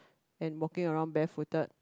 and walking around bare footed